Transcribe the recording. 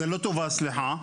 זה לא טובה, סליחה.